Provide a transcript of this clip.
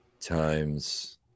times